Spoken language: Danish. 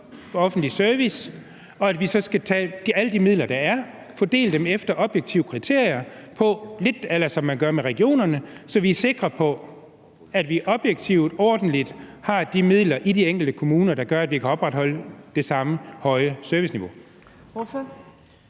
højt offentligt serviceniveau, og at vi skal tage alle midler, der er, og fordele dem efter objektive kriterier, lidt som man gør med regionerne, så vi er sikre på, at vi objektivt, ordentligt har de midler i de enkelte kommuner, der gør, at vi kan opretholde det samme høje serviceniveau?